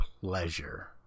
pleasure